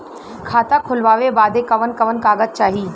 खाता खोलवावे बादे कवन कवन कागज चाही?